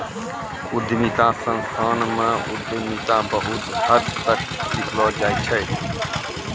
उद्यमिता संस्थान म उद्यमिता बहुत हद तक सिखैलो जाय छै